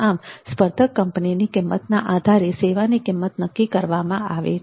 આમ સ્પર્ધક કંપનીની કિંમતના આધારે સેવાની કિંમત નક્કી કરવામાં આવે છે